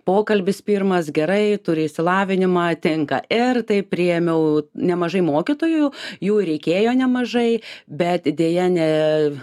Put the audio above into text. pokalbis pirmas gerai turi išsilavinimą tinka ir taip priėmiau nemažai mokytojų jų reikėjo nemažai bet deja ne